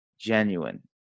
genuine